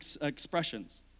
expressions